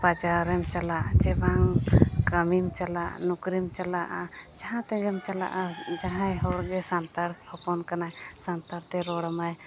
ᱵᱟᱡᱟᱨᱮᱢ ᱪᱟᱞᱟᱜ ᱥᱮ ᱵᱟᱝ ᱠᱟᱹᱢᱤᱢ ᱪᱟᱞᱟᱜ ᱱᱩᱠᱨᱤᱢ ᱪᱟᱞᱟᱜᱼᱟ ᱡᱟᱦᱟᱸᱛᱮᱜᱮᱢ ᱪᱟᱞᱟᱜᱼᱟ ᱡᱟᱦᱟᱸᱭ ᱦᱚᱲᱜᱮ ᱥᱟᱱᱛᱟᱲ ᱦᱚᱯᱚᱱ ᱠᱟᱱᱟᱭ ᱥᱟᱱᱛᱟᱲᱛᱮ ᱨᱚᱲᱟᱢᱟᱭ